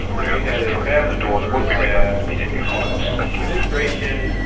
if you had a family member that was a part of famu's administration,